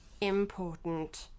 important